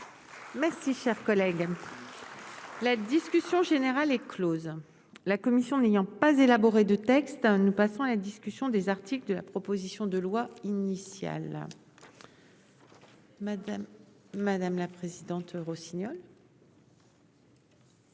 Merci, cher collègue, la discute. Jean générale est Close, la commission n'ayant pas élaboré de texte, nous passons à la discussion des articles de la proposition de loi. Initial Madame Madame la Présidente Rossignol.